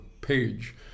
page